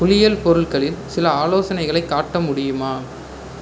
குளியல் பொருட்களில் சில ஆலோசனைகளைக் காட்ட முடியுமா